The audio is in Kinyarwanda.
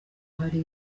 hari